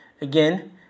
Again